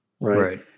Right